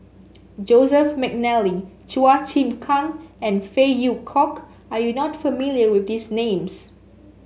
Joseph McNally Chua Chim Kang and Phey Yew Kok are you not familiar with these names